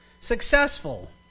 successful